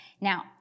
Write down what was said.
Now